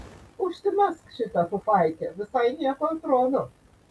užsimesk šitą pufaikę visai nieko atrodo